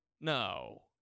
No